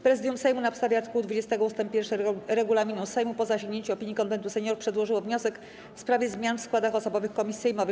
Prezydium Sejmu na podstawie art. 20 ust. 1 regulaminu Sejmu, po zasięgnięciu opinii Konwentu Seniorów, przedłożyło wniosek w sprawie zmian w składach osobowych komisji sejmowych.